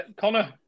Connor